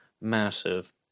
massive